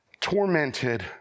tormented